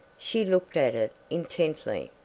she looked at it intently,